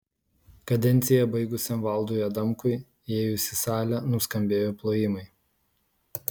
kadenciją baigusiam valdui adamkui įėjus į salę nuskambėjo plojimai